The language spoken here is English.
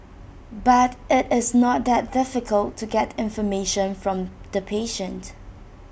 but IT is not that difficult to get information from the patient